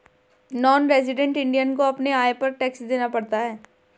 non resident Indian को अपने आय पर टैक्स देना पड़ता है